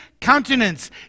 countenance